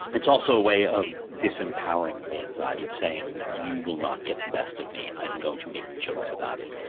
it's also a way of disempowering the anxiety of saying, you will not get the best of me i am going to make jokes about it.